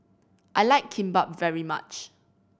I like Kimbap very much